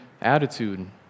attitude